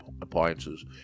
appliances